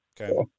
Okay